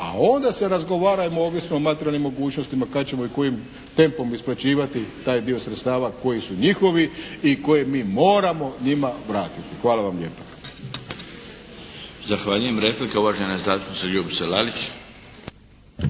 a onda se razgovarajmo ovisno o materijalnim mogućnostima kad ćemo i kojim tempom isplaćivati taj dio sredstva koji su njihovi i koje mi moramo njima vratiti. Hvala vam lijepa. **Milinović, Darko (HDZ)** Zahvaljujem. Replika, uvažena zastupnika Ljubica Lalić.